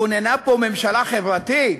כוננה פה ממשלה חברתית?